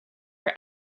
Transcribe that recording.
were